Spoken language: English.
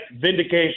vindication